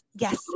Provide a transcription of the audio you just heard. Yes